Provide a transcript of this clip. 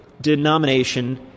denomination